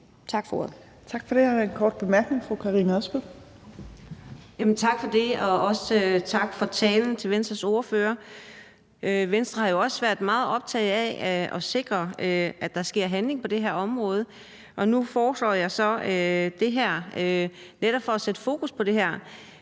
Tak for det. Også tak til Venstres ordfører for talen. Venstre har jo også været meget optaget af at sikre, at der sker handling på det her område. Nu kommer jeg så med det her forslag for netop at sætte fokus på det, for